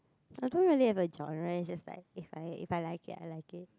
I don't really have a genre is just like if I if I like it I like it